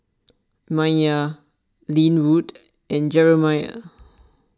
Mya Lynwood and Jeremiah